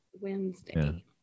Wednesday